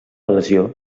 lesió